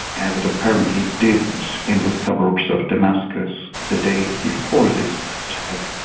as it apparently did in the suburbs of damascus the days before this attack,